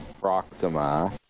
Proxima